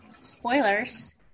Spoilers